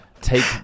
take